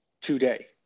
today